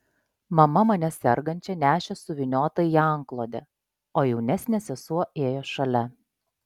mama mane sergančią nešė suvyniotą į antklodę o jaunesnė sesuo ėjo šalia